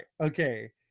okay